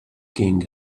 king